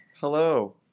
Hello